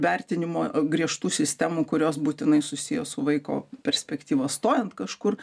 vertinimo griežtų sistemų kurios būtinai susiję su vaiko perspektyva stojant kažkur